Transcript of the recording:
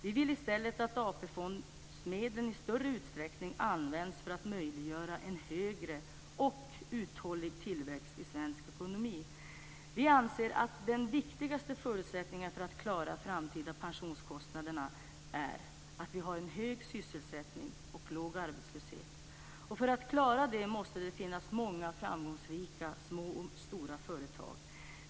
Vi vill i stället att AP-fondsmedlen i större utsträckning används för att möjliggöra en högre och uthållig tillväxt i svensk ekonomi. Vi anser att den viktigaste förutsättningen för att klara framtida pensionskostnader är att vi har en hög sysselsättning och låg arbetslöshet. För att klara det måste det finnas många framgångsrika små och stora företag.